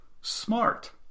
smart